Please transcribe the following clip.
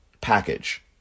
package